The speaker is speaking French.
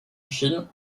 chine